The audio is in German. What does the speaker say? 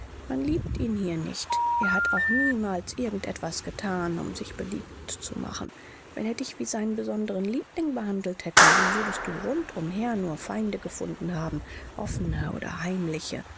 man liebt ihn hier nicht er hat auch niemals irgend etwas gethan um sich beliebt zu machen wenn er dich wie seinen besonderen liebling behandelt hätte so würdest du rund umher nur feinde gefunden haben offene oder heimliche